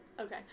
Okay